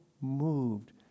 moved